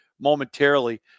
momentarily